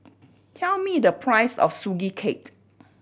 tell me the price of Sugee Cake